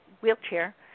wheelchair